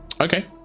Okay